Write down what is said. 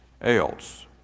else